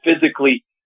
physically